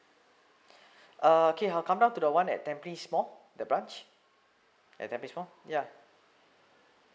err okay I come up to the one at tampines mall the branch at tampines mall ya